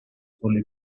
con